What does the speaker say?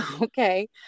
Okay